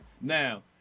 Now